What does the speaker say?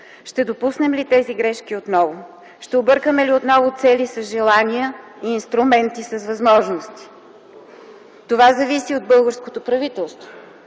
Ще допуснем ли тези грешки отново? Ще объркаме ли отново цели с желания и инструменти с възможности? Това зависи от българското правителство.